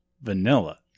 vanilla